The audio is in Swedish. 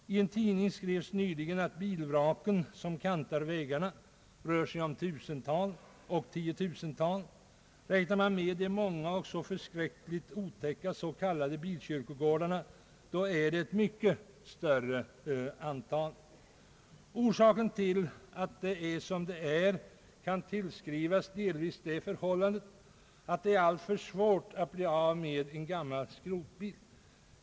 I en tidning skrevs nyligen att det är tusentals och tiotusentals bilvrak som kantar vägarna. Räknar man med de skrotbilar som finns på de många och så förskräckligt otäcka s.k. bilkyrkogårdarna, är antalet skrotbilar mycket större. Att situationen är sådan som den nu är beror delvis på att det är alltför svårt att bli av med en gammal skrotbil.